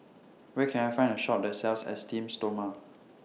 Where Can I Find A Shop that sells Esteem Stoma